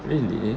really